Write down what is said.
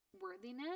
worthiness